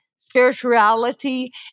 Spirituality